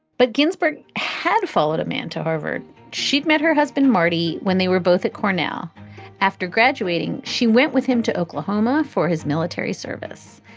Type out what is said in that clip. but ginsburg had followed a man to harvard, she'd met her husband marty, when they were both at cornell after graduating, she went with him to oklahoma for his military service.